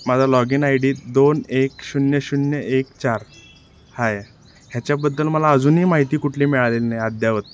माझा log in I D दोन एक शून्य शून्य एक चार हा आहे ह्याच्याबद्दल मला अजूनही माहिती कुठली मिळालेली नाही अद्ययावत